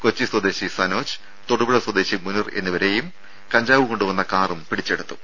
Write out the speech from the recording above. കൊച്ചി സ്വദേശി സനോജ് തൊടുപുഴ സ്വദേശി മുനീർ എന്നിവരെയും കഞ്ചാവ് കൊണ്ടുവന്ന കാറും പിടിച്ചെടുത്തു